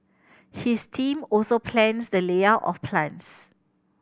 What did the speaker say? his team also plans the layout of plants